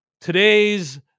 today's